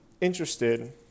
interested